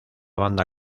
banda